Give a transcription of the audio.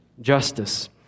justice